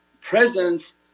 presence